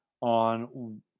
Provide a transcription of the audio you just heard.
on